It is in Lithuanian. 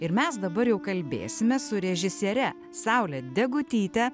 ir mes dabar jau kalbėsimės su režisiere saule degutyte